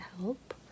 help